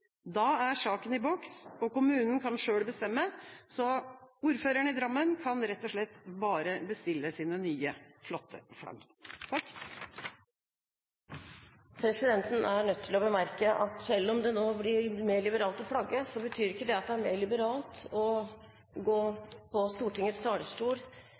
Da er saken i boks, og kommunen kan selv bestemme, så ordføreren i Drammen kan rett og slett bare bestille sine nye, flotte flagg. Presidenten er nødt til å bemerke at selv om det nå blir mer liberale regler for å flagge, betyr ikke det at det er mer liberale regler for å gå på Stortingets talerstol